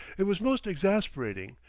it was most exasperating,